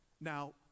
Now